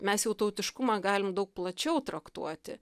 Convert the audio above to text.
mes jau tautiškumą galim daug plačiau traktuoti